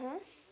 mmhmm